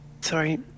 Sorry